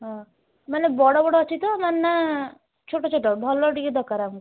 ହଁ ମାନେ ବଡ଼ ବଡ଼ ଅଛି ତ ମାନେ ନା ଛୋଟଛୋଟ ଭଲ ଟିକିଏ ଦରକାର ଆମକୁ